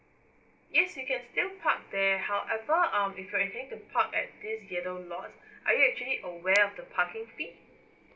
yes you can still park there however um if you're intending to park at these yellow lots are you actually aware of the parking fee